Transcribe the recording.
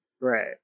Right